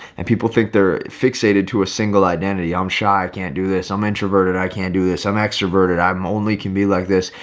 and people think they're fixated to a single identity. i'm shy i can't do this. i'm introverted. i can't do this. i'm extroverted. i'm only can be like this.